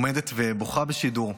עומדת ובוכה בשידור,